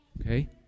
Okay